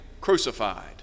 crucified